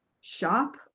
shop